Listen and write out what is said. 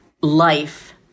life